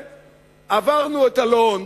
עברנו את אלון.